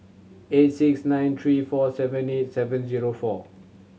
eight six nine three four seven eight seven zero four